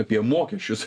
apie mokesčius